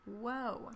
whoa